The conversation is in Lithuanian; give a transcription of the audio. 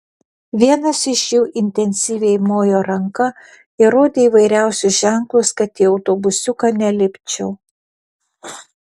vienas iš jų intensyviai mojo ranka ir rodė įvairiausius ženklus kad į autobusiuką nelipčiau